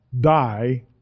die